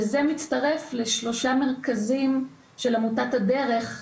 זה מצטרף לשלושה מרכזים של עמותת הדרך,